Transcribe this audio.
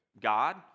God